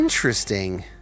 Interesting